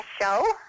show